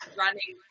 running